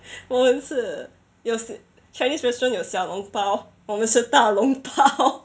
我们是有 chinese restaurant 有小笼包我们是大笼包